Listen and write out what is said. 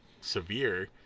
severe